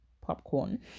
popcorn